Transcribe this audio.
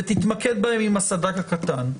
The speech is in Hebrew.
ותתמקד בהם עם הסד"כ הקטן.